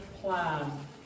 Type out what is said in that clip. plan